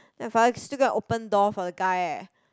then father still go and open door for the guy eh